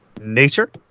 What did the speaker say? Nature